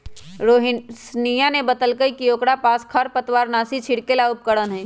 रोशिनीया ने बतल कई कि ओकरा पास खरपतवारनाशी छिड़के ला उपकरण हई